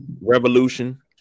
Revolution